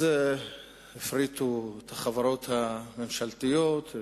הפריטו את החברות הממשלתיות,